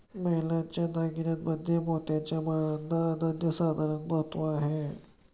महिलांच्या दागिन्यांमध्ये मोत्याच्या माळांना अनन्यसाधारण महत्त्व आहे